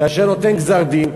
כשהוא נותן גזר-דין,